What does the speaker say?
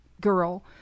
girl